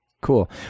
Cool